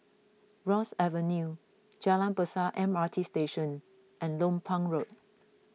Ross Avenue Jalan Besar M R T Station and Lompang Road